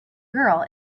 girl